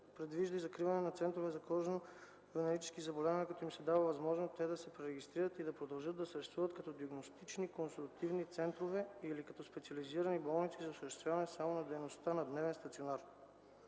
предвижда и закриване на центровете за кожно-венерически заболявания, като им се дава възможност те да се пререгистрират и да продължат да съществуват като диагностично-консултативни центрове или като специализирани болници за осъществяване само на дейности на дневен стационар.